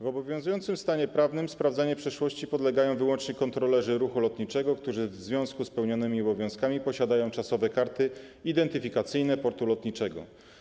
W obowiązującym stanie prawnym sprawdzeniu przeszłości podlegają wyłącznie kontrolerzy ruchu lotniczego, którzy w związku z pełnionymi obowiązkami posiadają czasowe karty identyfikacyjne portu lotniczego.